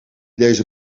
deze